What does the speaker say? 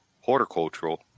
horticultural